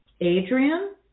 Adrian